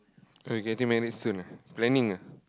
oh you getting married soon ah planning ah